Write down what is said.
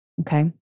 Okay